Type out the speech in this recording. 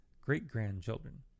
great-grandchildren